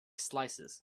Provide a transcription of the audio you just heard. slices